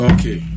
Okay